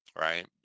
right